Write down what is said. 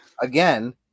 Again